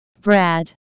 Brad